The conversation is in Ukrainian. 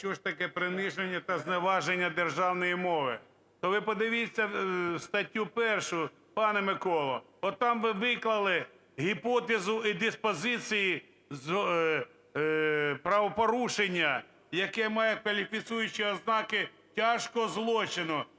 що таке приниження та зневаження державної мови. То ви подивіться статтю 1, пане Миколо. Отам ви виклали гіпотезу і диспозиції правопорушення, яке має кваліфікуючі ознаки тяжкого злочину.